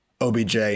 OBJ